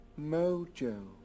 mojo